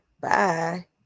bye